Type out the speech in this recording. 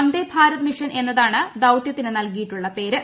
വന്ദേ Bharat mission എന്നതാണ് ദൌത്യത്തിന് നൽകിയിട്ടുള്ള പേര്